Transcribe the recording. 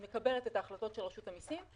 היא מקבלת את ההחלטות של רשות המיסים,